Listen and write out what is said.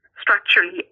structurally